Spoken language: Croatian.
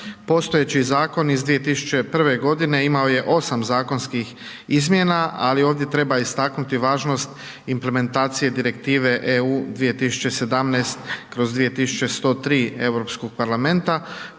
postojeći zakon iz 2001. godine imao je 8 zakonskih izmjena, ali ovdje treba istaknuti važnost implementacije Direktive EU 2017/2103 Europskog parlamenta